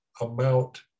amount